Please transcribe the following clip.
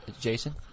Jason